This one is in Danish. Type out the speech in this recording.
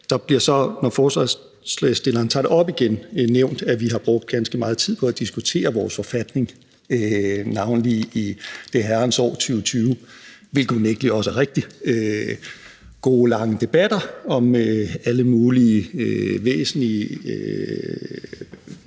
når forslagsstilleren tager det op igen, nævnt, at vi har brugt ganske meget tid på at diskutere vores forfatning, navnlig i det herrens år 2020, hvilket unægtelig også er rigtigt – gode lange debatter om alle mulige væsentlige